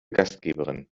gastgeberin